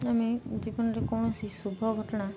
ଆମେ ଜୀବନରେ କୌଣସି ଶୁଭ ଘଟଣା